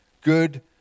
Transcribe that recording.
Good